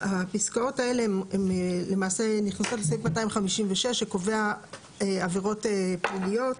הפסקאות האלה הן למעשות נכנסות לסעיף 256 שקובע עבירות פליליות.